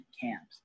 camps